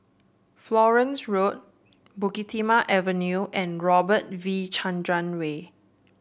Florence Road Bukit Timah Avenue and Robert V Chandran Way